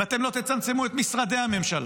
אם אתם לא תצמצמו את משרדי הממשלה,